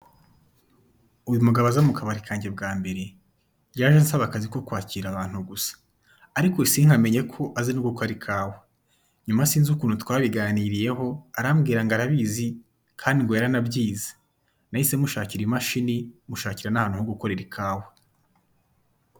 Uyu mugabo aza mu kabari kanjye bwa mbere yaje ansaba akazi ko kwakira abantu gusa ariko sinkamenye ko azi no gukora ikawa, nyuma sinzi ukuntu twabiganiriyeho arambwira ngo arabizi kandi ngo yaranabyize nahise mushakira imashini mushakira n'ahantu ho gukorera ikawa.